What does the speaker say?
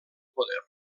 poder